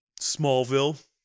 Smallville